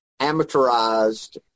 amateurized